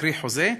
קרי חוזה,